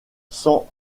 sans